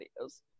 videos